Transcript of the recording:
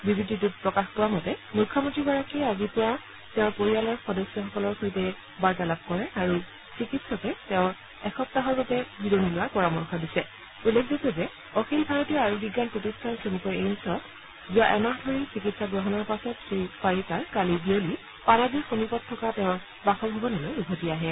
বিবৃতিটোত প্ৰকাশ পোৱা মতে মুখ্যমন্ত্ৰীগৰাকীয়ে আজি পুৱা তেওঁৰ পৰিয়ালৰ সদস্যসকলৰ সৈতে কথা পাতে আৰু চিকিৎসকে তেওঁৰ এসপ্তাহৰ বাবে জিৰণি লোৱাৰ পৰামৰ্শ দিছে উল্লেখযোগ্য যে অখিল ভাৰতীয় আয়ুৰ্বিজ্ঞান প্ৰতিষ্ঠান চমুকৈ এইমছত এমাহ ধৰি চিকিৎসা গ্ৰহণৰ পাছত শ্ৰীপাৰিকাৰ কালি বিয়লি পানাজীৰ সমীপত থকা তেওঁৰ বাসভৱনলৈ উভতি আহে